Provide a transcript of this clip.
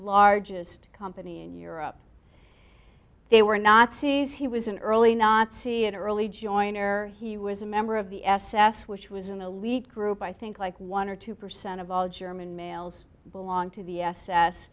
largest company in europe they were nazis he was an early nazi and early joiner he was a member of the s s which was an elite group i think like one or two percent of all german males belong to the s